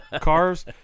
cars